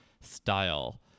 style